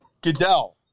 Goodell